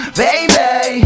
baby